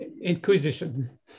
Inquisition